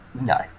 no